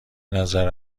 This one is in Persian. نظر